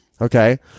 Okay